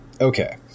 Okay